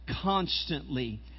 constantly